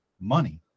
money